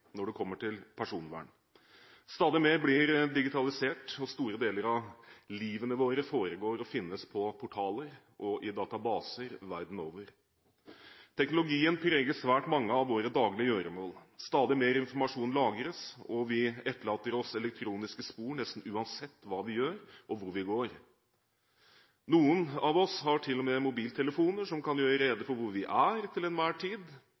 når det kommer til personvern. Stadig mer blir digitalisert, og store deler av livene våre foregår og finnes på portaler og i databaser verden over. Teknologien preger svært mange av våre daglige gjøremål. Stadig mer informasjon lagres, og vi etterlater oss elektroniske spor nesten uansett hva vi gjør og hvor vi går. Noen av oss har til og med mobiltelefoner som kan gjøre rede for hvor vi er til enhver tid.